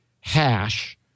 hash